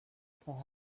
snack